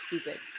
stupid